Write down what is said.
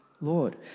Lord